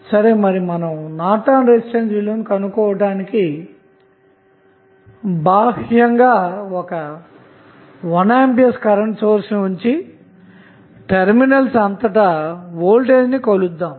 కాబట్టి Norton resistance విలువను కనుక్కోవటానికి బాహ్యంగా ఒక 1A కరెంటు సోర్స్ ని ఉంచి టెర్మినల్ అంతటా వోల్టేజ్ను కొలుద్దాము